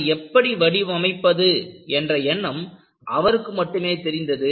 அதை எப்படி வடிவமைப்பது என்ற எண்ணம் அவருக்கு மட்டுமே இருந்தது